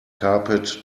carpet